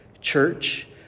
Church